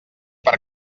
per